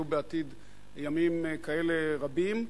יהיו בעתיד ימים רבים כאלה,